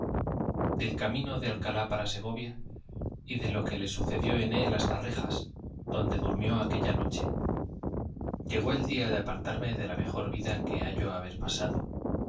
del camino de alcalá para segovia y de lo que le sucedió en él hasta rejas donde durmió aquella noche llegó el día de apartarme de la mejor vida que hallo haber pasado